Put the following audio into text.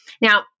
Now